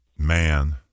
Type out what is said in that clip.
man